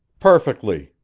perfectly,